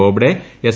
Bobde S